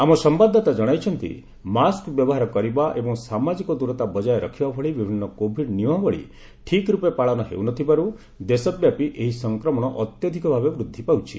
ଆମ ସମ୍ବାଦଦାତା ଜଣାଇଛନ୍ତି ମାସ୍କ ବ୍ୟବହାର କରିବା ଏବଂ ସାମାଜିକ ଦ୍ରତା ବଜାୟ ରଖିବା ଭଳି ବିଭିନ୍ନ କୋଭିଡ ନିୟମାବଳୀ ଠିକ୍ର୍ପେ ପାଳନ ହେଉ ନ ଥିବାର୍ ଦେଶବ୍ୟାପୀ ଏହି ସଂକ୍ମଣ ଅତ୍ୟଧିକଭାବେ ବୃଦ୍ଧି ପାଉଛି